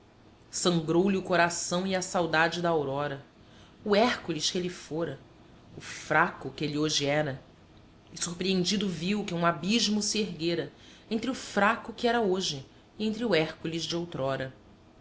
galho sangrou lhe o coração e a saudade da aurora o hércules que ele fora o fraco que ele hoje era e surpreendido viu que um abismo se erguera entre o fraco que era hoje e entre o hércules de outrora